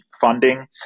funding